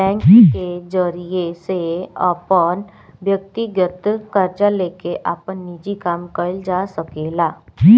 bank के जरिया से अपन व्यकतीगत कर्जा लेके आपन निजी काम कइल जा सकेला